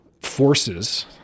forces